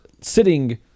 sitting